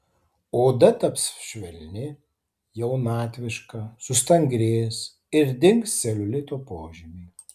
oda taps švelni jaunatviška sustangrės ir dings celiulito požymiai